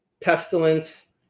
pestilence